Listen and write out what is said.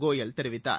கோயல் தெரிவித்தார்